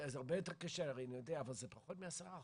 זה הרבה יותר קשה, אני יודע, אבל זה פחות מ-10%.